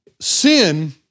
Sin